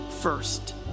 first